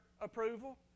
approval